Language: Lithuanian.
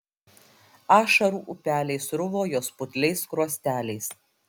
ašarų upeliai sruvo jos putliais skruosteliais